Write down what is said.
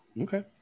Okay